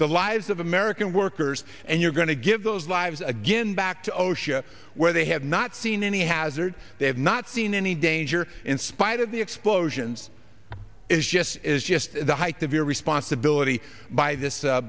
the lives of american workers and you're going to give those lives again back to osha where they have not seen any hazard they have not seen any danger in spite of the explosions is just it's just the height of your responsibility by this